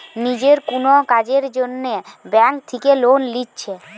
নিজের কুনো কাজের জন্যে ব্যাংক থিকে লোন লিচ্ছে